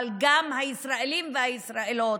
אבל גם הישראלים והישראליות,